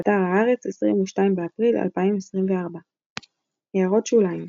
באתר הארץ, 22 באפריל 2024 == הערות שוליים ==